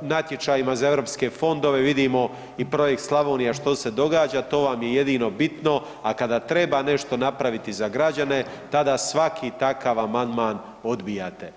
natječajima za eu fondove, vidimo i projekt Slavonija što se događa, to vam je jedino bitno, a kada treba nešto napraviti za građane, tada svaki takav amandman odbijate.